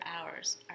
hours